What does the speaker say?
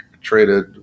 traded